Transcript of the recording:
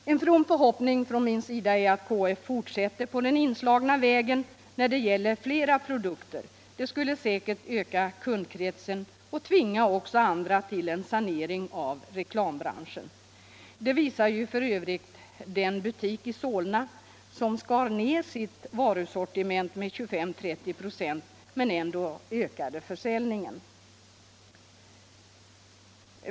En from förhoppning är att KF fortsätter på den inslagna vägen när det gäller flera produkter, det skulle säkert öka kundkretsen och tvinga också andra till en sanering av reklambranschen. Det visar ju f.ö. en butik i Solna som skar ner sitt varusortiment med 25-30 26 men ändå ökade försäljningen.